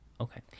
Okay